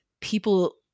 people